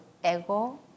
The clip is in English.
ego